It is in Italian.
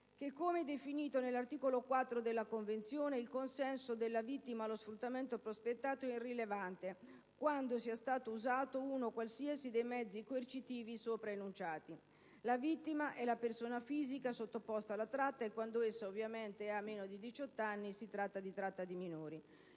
come è definito nell'articolo 4 della Convenzione, il consenso di una vittima allo sfruttamento prospettato è irrilevante quando sia stato usato uno qualsiasi dei mezzi coercitivi sopra enunciati. La vittima è la persona fisica sottoposta alla tratta e quando essa ha meno di 18 anni si parla di tratta di minori.